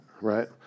right